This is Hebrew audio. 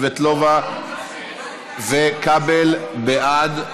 סבטלובה וכבל בעד,